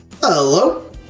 Hello